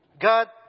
God